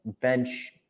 bench